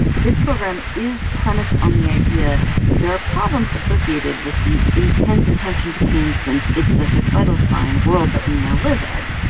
this program is premised on the idea that there are problems associated with the intense attention to pain since it's the fifth vital sign world that we now live in.